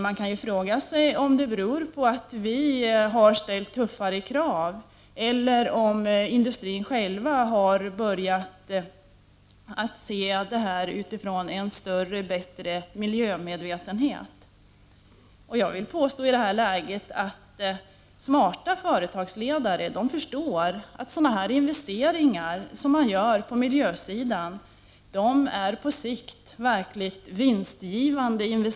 Man kan fråga sig om detta beror på att vi har ställt tuffare krav eller om industrin själv har börjat se på dessa frågor med en större och bättre miljömedvetenhet. Jag vill påstå att smarta företagsledare förstår att investeringar på miljösidan av den här typen på sikt är verkligt vinstgivande.